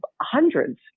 hundreds